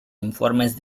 informes